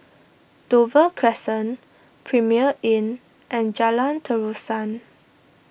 Dover Crescent Premier Inn and Jalan Terusan